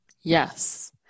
Yes